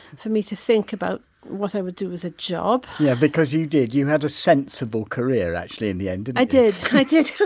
for me to think about what i would do as a job yeah, because you did, you had a sensible career actually in the end, didn't you? i did, i did,